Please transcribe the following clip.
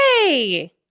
Hey